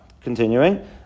continuing